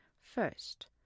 First